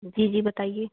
जी जी बताइए